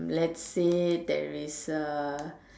let's say there is a